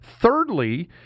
Thirdly